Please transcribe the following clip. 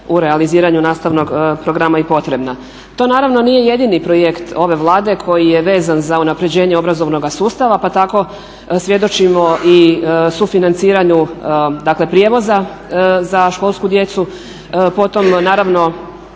u realiziranju nastavnog programa i potrebna. To naravno nije i jedini projekt ove Vlade koji je vezan za unapređenje obrazovnog sustava pa tako svjedočimo i sufinanciranju dakle prijevoza za školsku djecu.